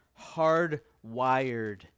hardwired